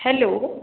hello